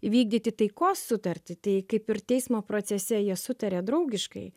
vykdyti taikos sutartį tai kaip ir teismo procese jie sutaria draugiškai